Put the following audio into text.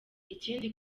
ikindi